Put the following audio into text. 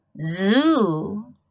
zoo